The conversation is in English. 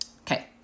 okay